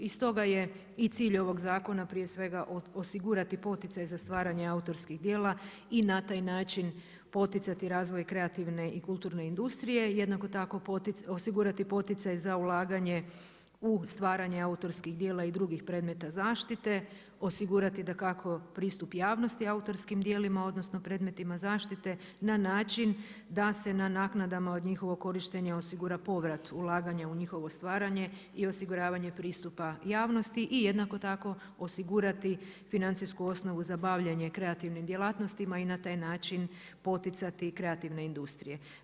I stoga je i cilj ovog zakona prije svega osigurati poticaj za stvaranje autorskih djela i na taj način poticati razvoj kreativne i kulturne industrije, jednako tako osigurati poticaj za ulaganje u stvaranje autorskih djela i drugih predmeta zaštite, osigurati dakako pristup javnosti autorskim djelima odnosno predmetima zaštite na način da se na naknadama od njihovog korištenja osigura povrat ulaganja u njihovo stvaranje i osiguravanje pristupa javnosti i jednako tako osigurati financijsku osnovu za bavljenje kreativnim djelatnostima i na taj način poticati kreativne industrije.